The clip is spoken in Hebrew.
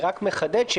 מחדד,